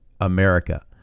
America